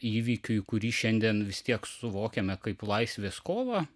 įvykiui kurį šiandien vis tiek suvokiame kaip laisvės kovą